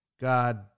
God